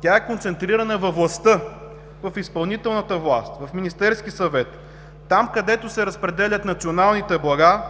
тя е концентрирана във властта – в изпълнителната власт, в Министерския съвет, там, където се разпределят националните блага,